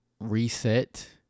reset